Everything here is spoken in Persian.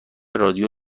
رادیو